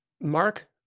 Mark